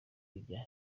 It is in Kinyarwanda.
kujya